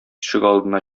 ишегалдына